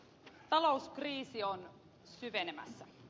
talouskriisi on syvenemässä